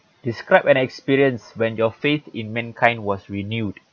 describe an experience when your faith in mankind was renewed